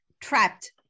trapped